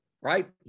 right